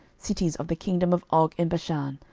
cities of the kingdom of og in bashan,